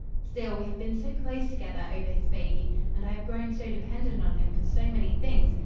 still, we have been so close together over his baby, and i have grown so dependent on him for so many things,